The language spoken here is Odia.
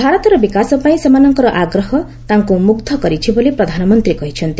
ଭାରତର ବିକାଶ ପାଇଁ ସେମାନଙ୍କର ଆଗ୍ରହ ତାଙ୍କୁ ମୁଗ୍ଧ କରିଛି ବୋଲି ପ୍ରଧାନମନ୍ତ୍ରୀ କହିଛନ୍ତି